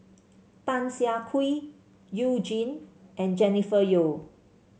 Tan Siah Kwee You Jin and Jennifer Yeo